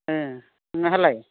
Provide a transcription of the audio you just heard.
नोंहालाय